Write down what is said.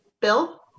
Bill